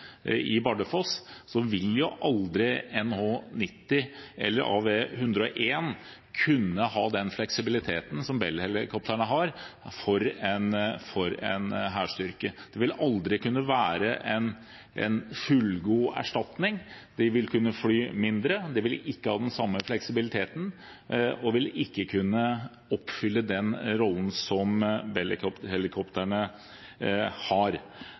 i Bardufoss, vil aldri NH90 eller AW101 kunne ha den fleksibiliteten som Bell-helikoptrene har for en hærstyrke. Det vil aldri kunne være en fullgod erstatning – vi vil kunne fly mindre, det vil ikke ha den samme fleksibiliteten og vil ikke kunne oppfylle den rollen som Bell-helikoptrene har.